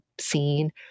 scene